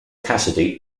cassidy